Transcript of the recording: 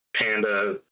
panda